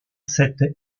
cette